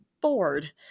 bored